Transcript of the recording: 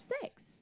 sex